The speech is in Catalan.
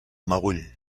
meüll